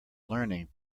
learning